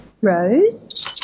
Rose